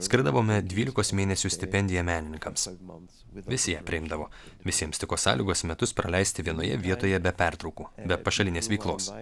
skirdavome dvylikos mėnesių stipendiją menininkams visi ją priimdavo visiems tiko sąlygos metus praleisti vienoje vietoje be pertraukų be pašalinės veiklos